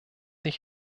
ich